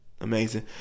amazing